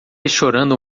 chorando